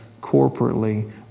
corporately